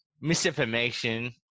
misinformation